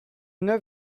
neuf